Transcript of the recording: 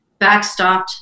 backstopped